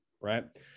right